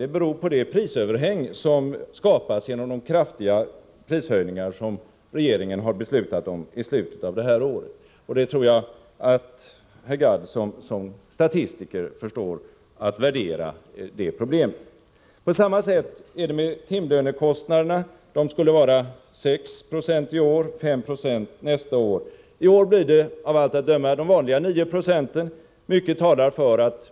Det beror på det prisöverhäng som skapas genom de kraftiga prishöjningar som regeringen har beslutat om i slutet av det här året. Det problemet tror jag att herr Gadd som statistiker förstår att värdera. På samma sätt är det med timlönekostnaderna. De skulle vara 6 90 i år och 590 nästa år. I år blir det av allt att döma de vanliga 9 96.